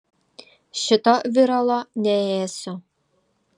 šito viralo neėsiu